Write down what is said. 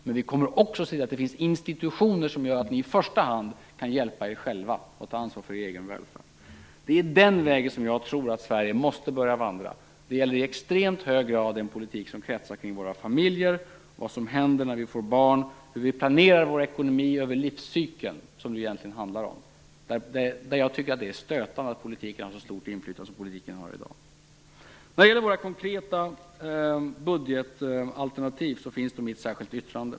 Men vi kommer också att se till att det finns institutioner som gör att ni i första hand kan hjälpa er själva och ta ansvar för er egen välfärd. Det är den vägen som jag tror att Sverige måste börja vandra. Det gäller i extremt hög grad den politik som kretsar kring våra familjer, vad som händer när vi får barn och hur vi planerar vår ekonomi och vår livscykel, som det egentligen handlar om. Jag tycker att det är stötande att politiken har ett så stort inflytande som politiken har i dag. Våra konkreta budgetalternativ finns i ett särskilt yttrande.